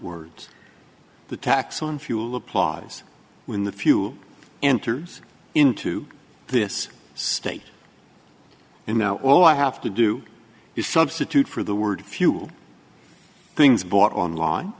words the tax on fuel applause when the fuel enters into this state and now all i have to do you substitute for the word few things bought online